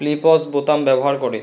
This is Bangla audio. প্লে পজ বোতাম ব্যবহার করে